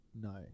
No